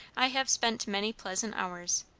i have spent many pleasant hours,